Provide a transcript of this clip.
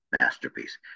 masterpiece